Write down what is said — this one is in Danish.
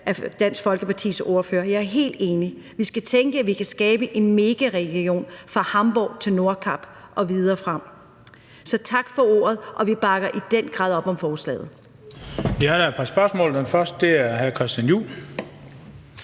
af Dansk Folkepartis ordfører. Jeg er helt enig – vi skal tænke, at vi kan skabe en megaregion fra Hamborg til Nordkap og videre frem. Så tak for ordet, og vi bakker i den grad op om forslaget.